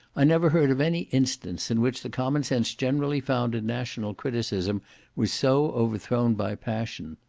i never heard of any instance in which the common sense generally found in national criticism was so overthrown by passion.